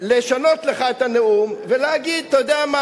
לשנות לך את הנאום ולהגיד: אתה יודע מה,